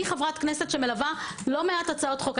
אני חברת כנסת שמלווה לא מעט הצעות חוק.